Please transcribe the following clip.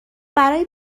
برای